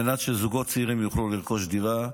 על מנת שזוגות צעירים יוכלו לרכוש דירה,